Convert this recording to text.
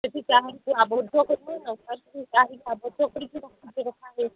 ସେଇଠି କାହାକୁ ଆବଦ୍ଧ କରିବେ ନା କାହାକୁ କାହାକୁ ଆବଦ୍ଧ କରିକି ରଖା ରଖା ହେଇନାହିଁ